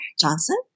Johnson